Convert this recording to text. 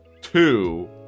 two